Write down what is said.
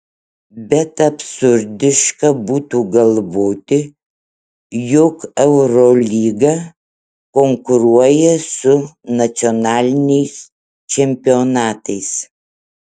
bet absurdiška būtų galvoti jog eurolyga konkuruoja su nacionaliniais čempionatais